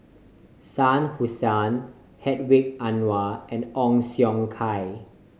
Shah Hussain Hedwig Anuar and Ong Siong Kai